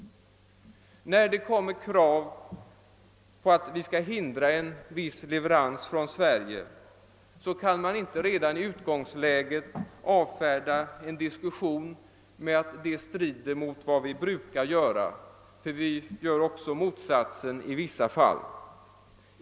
När det reses krav på att vi skall förhindra en viss leverans från Sverige, kan man inte redan i utgångsläget avfärda en diskussion med att detta strider mot vad vi brukar göra, ty vi gör också motsatsen i vissa fall.